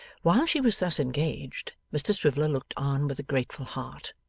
while she was thus engaged, mr swiveller looked on with a grateful heart,